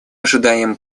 ожидаем